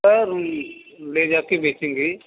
sir ले जा कर बेचेंगे